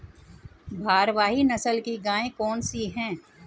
भारवाही नस्ल की गायें कौन सी हैं?